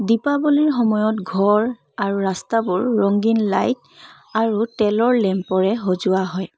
দীপাৱলীৰ সময়ত ঘৰ আৰু ৰাস্তাবোৰ ৰঙীন লাইট আৰু তেলৰ লেম্পৰে সজোৱা হয়